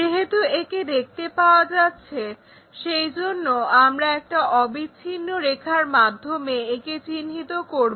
যেহেতু একে দেখতে পাওয়া যাচ্ছে সেইজন্য আমরা একটা অবিচ্ছিন্ন রেখার মাধ্যমে একে চিহ্নিত করব